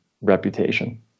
reputation